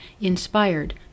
inspired